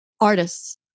Artists